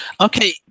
Okay